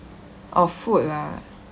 oh food ah